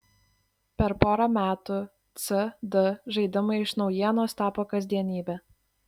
per porą metų cd žaidimai iš naujienos tapo kasdienybe